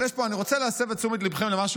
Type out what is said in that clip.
אני רוצה להסב את תשומת ליבכם למשהו